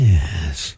Yes